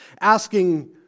asking